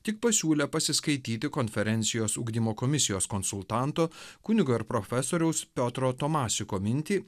tik pasiūlė pasiskaityti konferencijos ugdymo komisijos konsultanto kunigo ir profesoriaus piotro tomasiko mintį